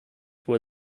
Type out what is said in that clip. were